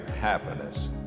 happiness